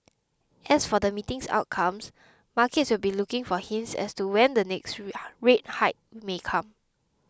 as for the meeting's outcome markets will be looking for hints as to when the next rate hike may come